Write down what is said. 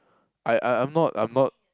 I I I'm not I'm not